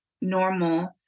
normal